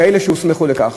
כאלה שהוסמכו לכך.